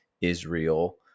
Israel